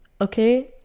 okay